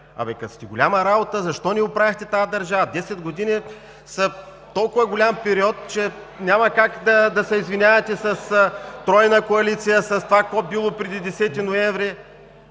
ГЕРБ. Като сте голяма работа защо не оправихте тази държава? Десет години са толкова голям период, че няма как да се извинявате с Тройна коалиция, с това какво било преди 10-и ноември.